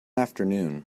afternoon